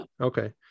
okay